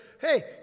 hey